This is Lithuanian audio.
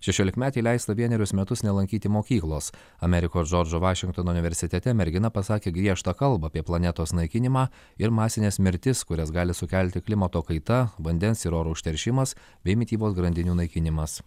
šešiolikmetei leista vienerius metus nelankyti mokyklos amerikos džordžo vašingtono universitete mergina pasakė griežtą kalbą apie planetos naikinimą ir masines mirtis kurias gali sukelti klimato kaita vandens ir oro užteršimas bei mitybos grandinių naikinimas